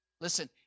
Listen